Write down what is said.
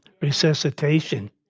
resuscitation